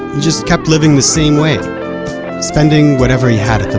he just kept living the same way spending whatever he had